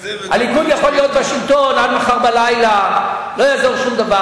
הליכוד יכול להיות בשלטון עד מחר בלילה ולא יעזור שום דבר.